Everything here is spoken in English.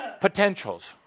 potentials